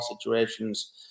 situations